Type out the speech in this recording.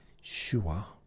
sure